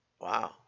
Wow